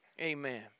Amen